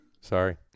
Sorry